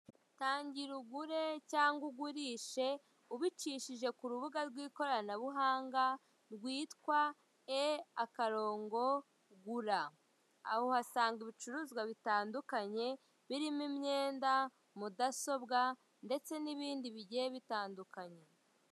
Tangira ugure cyangwa ugurishe ubicishije kurubuga rw'ikoranabunga rwitwa e-gura, aho uhasanga ibicuruzwa bitandukanye. Birimo imyenda, mudasobwa ndetse n'ibindi bigiye bitandukanye.